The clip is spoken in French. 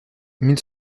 mille